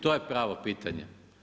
To je pravo pitanje.